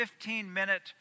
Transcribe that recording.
15-minute